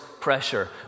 pressure